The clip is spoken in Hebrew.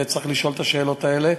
וצריך לשאול את השאלות האלה,